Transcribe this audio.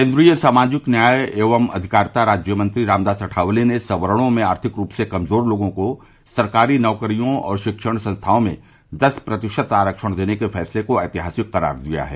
केन्द्रीय सामाजिक न्याय एवं अधिकारिता राज्य मंत्री रामदास अठावले ने सवर्णो में आर्थिक रूप से कमजोर लोगों को सरकारी नौकरियों और शिक्षण संस्थाओं में दस प्रतिशत आरक्षण देने के फैंसले को ऐतिहासिक करार दिया है